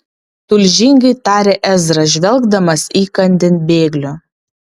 tulžingai tarė ezra žvelgdamas įkandin bėglio